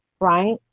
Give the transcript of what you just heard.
right